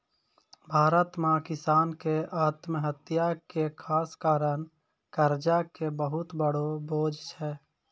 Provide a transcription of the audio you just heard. भारत मॅ किसान के आत्महत्या के खास कारण कर्जा के बहुत बड़ो बोझ छै